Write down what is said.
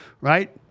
Right